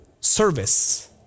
service